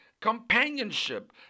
companionship